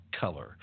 color